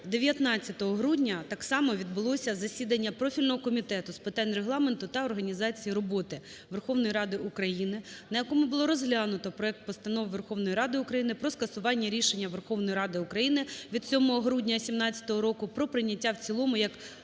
19 грудня так само відбулося засідання профільного комітету з питань Регламенту та організації роботи Верховної Ради України, на якому було розглянуто проект Постанови Верховної Ради України про скасування рішення Верховної Ради України від 7 грудня 2017 року про прийняття в цілому як